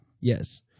yes